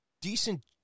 decent